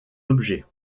objets